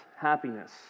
happiness